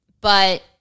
but-